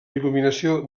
il·luminació